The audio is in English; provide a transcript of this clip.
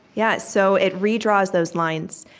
yeah so it redraws those lines,